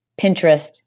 Pinterest